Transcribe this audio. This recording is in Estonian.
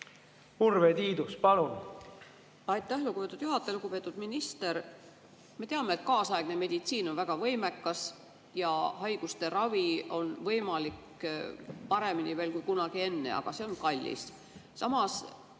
Urve Tiidus, palun!